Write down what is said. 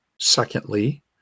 secondly